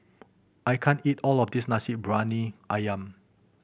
I can't eat all of this Nasi Briyani Ayam